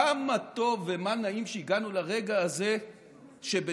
כמה טוב ומה נעים שהגענו לרגע הזה שבשם